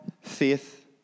faith